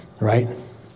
right